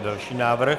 Další návrh.